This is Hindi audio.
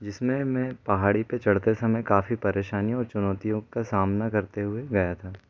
जिसमें मैं पहाड़ी पे चढ़ते समय काफ़ी परेशानियों और चुनौतियों का सामना करते हुए गया था